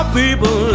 people